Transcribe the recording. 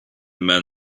men